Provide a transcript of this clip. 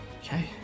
Okay